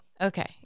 Okay